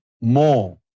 more